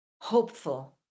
Hopeful